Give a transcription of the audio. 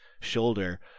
shoulder